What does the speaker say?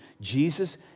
Jesus